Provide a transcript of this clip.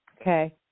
Okay